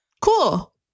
cool